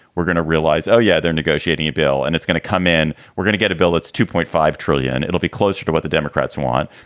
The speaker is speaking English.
we're going to realize, oh, yeah, they're negotiating a bill and it's going to come in. we're going to get a bill. it's two point five trillion. it'll be closer to what the democrats want.